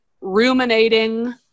ruminating